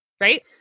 Right